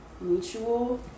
mutual